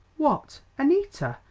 what! annita?